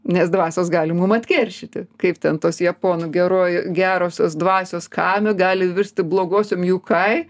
nes dvasios gali mum atkeršyti kaip ten tos japonų geroji gerosios dvasios kami gali virsti blogosiom jukai